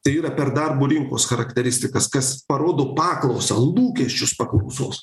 tai yra per darbo rinkos charakteristikas kas parodo paklausą lūkesčius paklausos